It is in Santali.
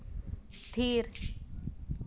ᱛᱷᱤᱨ